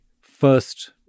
first